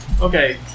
okay